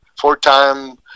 four-time